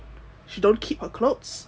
she don't keep her clothes